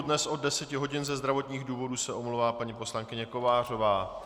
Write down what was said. Dnes od 10 hodin ze zdravotních důvodů se omlouvá paní poslankyně Kovářová.